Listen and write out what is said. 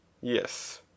Yes